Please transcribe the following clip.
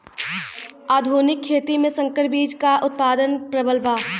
आधुनिक खेती में संकर बीज क उतपादन प्रबल बा